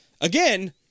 Again